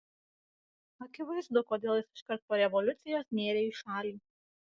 akivaizdu kodėl jis iškart po revoliucijos nėrė į šalį